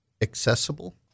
Accessible